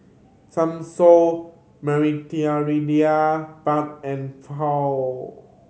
Samosa Penne and Pho